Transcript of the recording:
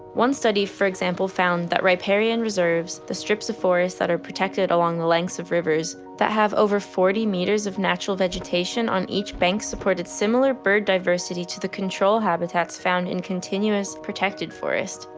one study for example found that riparian reserves, the strips of forests that are protected along the lengths of rivers, that have over forty metres of natural vegetation on each bank supported similar bird diversity to the control habitats found in continuous protected forests.